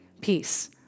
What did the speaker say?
peace